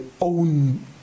own